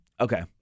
Okay